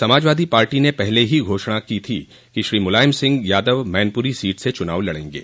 Samajwadi party ने पहले ही घोषणा की थी कि श्री मुलायम सिंह यादव मैनपुरी सीट से चुनाव लड़ेंगे